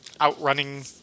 outrunning